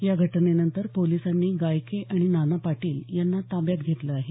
या घटनेनंतर पोलिसांनी गायके आणि नाना पाटील यांना ताब्यात घेतलं आहे